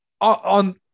on